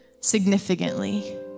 significantly